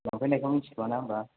लांफैनायखौ मिथिथ'वाना होनबा